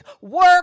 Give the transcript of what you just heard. work